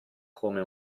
come